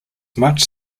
much